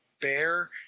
bear